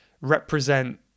represent